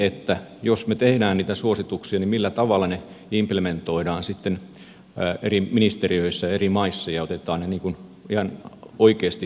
toisaalta jos me teemme niitä suosituksia niin millä tavalla ne implementoidaan sitten eri ministeriöissä ja eri maissa ja otetaan ihan oikeasti käyttöön